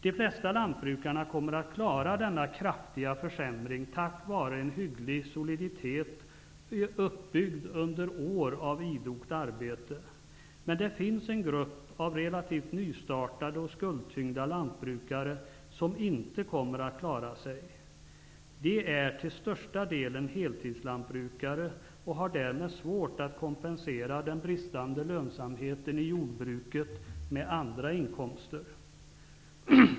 De flesta lantbrukarna kommer att klara denna kraftiga försämring tack vare en hygglig soliditet, uppbyggd under år av idogt arbete. Men det finns en grupp av relativt nystartade och skuldtyngda lantbrukare som inte kommer att klara sig. De är till största delen heltidslantbrukare och har därmed svårt att kompensera den bristande lönsamheten i jordbruket med andra inkomster.